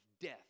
death